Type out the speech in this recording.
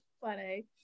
funny